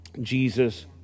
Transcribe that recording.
Jesus